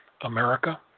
America